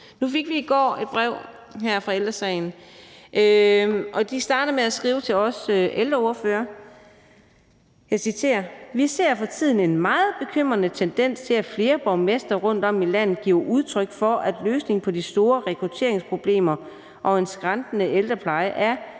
Nu fik vi i går et brev fra Ældre Sagen. De starter med at skrive til os ældreordførere – jeg citerer: